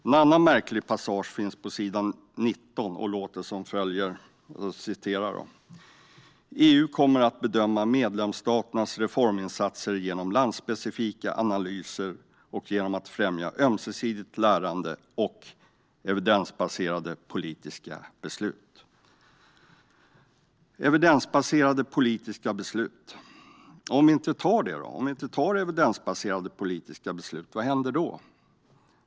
En annan märklig passage finns på s. 19: EU kommer att bedöma medlemsstaternas reforminsatser genom landspecifika analyser och genom att främja ömsesidigt lärande och evidensbaserade politiska beslut. Ny kompetensagenda för Europa Om vi inte tar evidensbaserade politiska beslut, vad händer då?